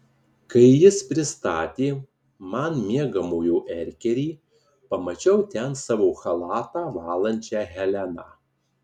kai jis pristatė man miegamojo erkerį pamačiau ten savo chalatą valančią heleną